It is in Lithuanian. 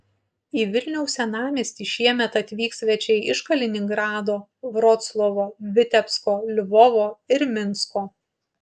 į vilniaus senamiestį šiemet atvyks svečiai iš kaliningrado vroclavo vitebsko lvovo ir minsko